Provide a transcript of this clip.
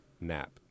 nap